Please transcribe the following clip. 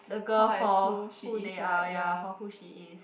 the girl for who they are ya for who she is